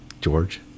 George